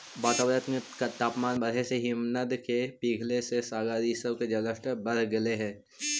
वातावरण के तापमान बढ़े से हिमनद के पिघले से सागर इ सब के जलस्तर बढ़े लगऽ हई